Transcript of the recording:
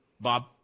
Bob